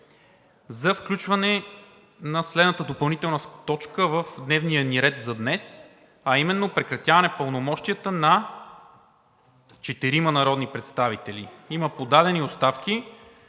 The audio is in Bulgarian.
за включване на следната допълнителна точка в дневния ни ред за днес, а именно – Прекратяване на пълномощията на четирима народни представители. Има подадени оставки